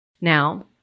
Now